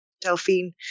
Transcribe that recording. Delphine